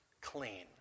clean